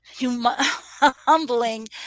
humbling